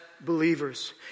believers